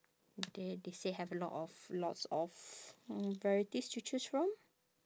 there they say have a lot of lots of mm varieties to choose from